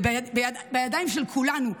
ובידיים של כולנו,